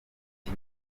cya